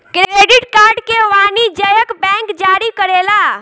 credit card के वाणिजयक bank जारी करेला